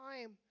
time